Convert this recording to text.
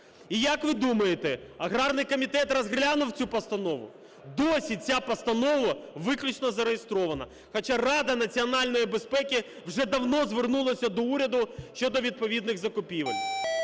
І, як ви думаєте, аграрний комітет розглянув цю постанову? Досі ця постанова виключно зареєстрована, хоча Рада національної безпеки вже давно звернулася до уряду щодо відповідних закупівель.